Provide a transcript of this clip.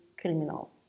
criminal